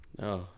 No